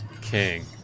King